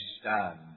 stand